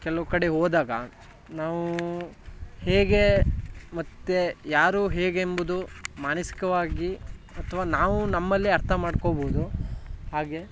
ಕೆಲವು ಕಡೆಗೆ ಹೋದಾಗ ನಾವು ಹೇಗೆ ಮತ್ತು ಯಾರು ಹೇಗೆಂಬುದು ಮಾನಸಿಕವಾಗಿ ಅಥ್ವಾ ನಾವು ನಮ್ಮಲ್ಲಿ ಅರ್ಥ ಮಾಡ್ಕೊಬೋದು ಹಾಗೇ